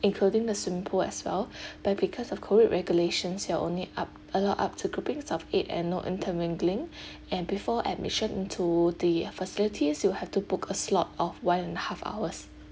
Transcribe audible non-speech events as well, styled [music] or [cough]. including the swimming pool as well [breath] but because of COVID regulations you're only up allow up to groupings of eight and no intermingling [breath] and before admission into the facilities you have to book a slot of one and a half hours